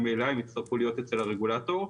ממילא הם יצטרכו להיות אצל הרגולטור.